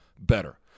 better